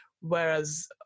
whereas